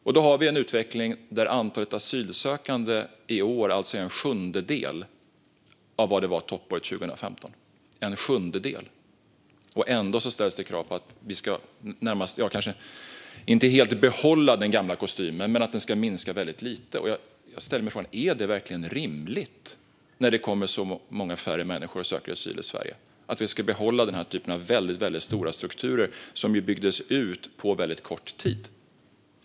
Vi har en utveckling där antalet asylsökande i år alltså är en sjundedel av vad det var toppåret 2015 - en sjundedel! Ändå ställs det krav på att vi närmast ska om inte helt behålla den gamla kostymen så i alla fall minska den väldigt lite. Jag ställer mig frågan: När det kommer så många färre för att söka asyl i Sverige, är det då verkligen rimligt att vi ska behålla den här typen av väldigt stora strukturer som ju byggdes ut på väldigt kort tid?